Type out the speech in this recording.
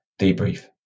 debrief